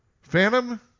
Phantom